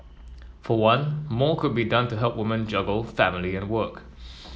for one more could be done to help women juggle family and work